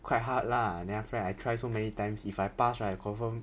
quite hard lah then after that I try so many times if I pass right confirm